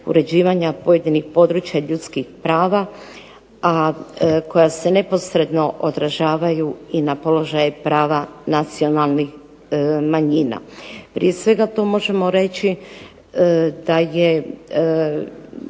uređivanja pojedinih područja ljudskih prava, a koja se neposredno održavaju i na položaje prava nacionalnih manjina. Prije svega tu možemo reći da je